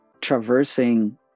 traversing